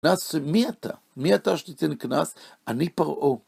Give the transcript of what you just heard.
קנס, מי אתה, מי אתה שתיתן קנס, אני פרעה.